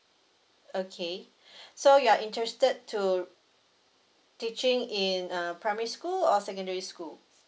okay so you are interested to teaching in uh primary school or secondary school